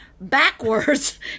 backwards